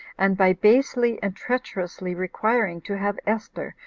and by basely and treacherously requiring to have esther,